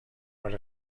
with